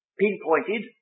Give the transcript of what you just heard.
pinpointed